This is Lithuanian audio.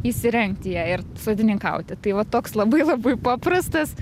įsirengti ją ir sodininkauti tai va toks labai labai paprastas